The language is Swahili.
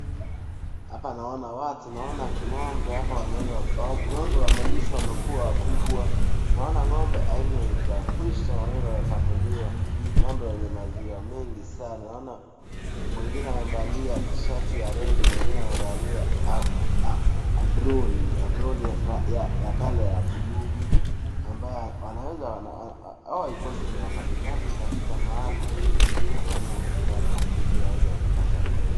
Hapa naona watu , naona ng'ombe hapa wamelishwa wanakuwa wakubwa. Naona ng'ombe aina za Fresher ambazo zinakamuliwa , ng'ombe wenye maziwa mengi sana .Mwengine amevalia T-shirt ya red ,mwengine amevalia aproni ya colour ya blue ambao wanaeza Waka, Hawa hawakosi ni wafanyakazi katika mahali wanafanyia mtu kazi hili wakaweze wakapata pesa.